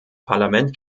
parlament